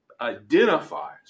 identifies